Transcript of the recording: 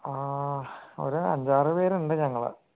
ആ ഒരു അഞ്ച് ആറ് പേരുണ്ട് ഞങ്ങൾ